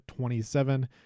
27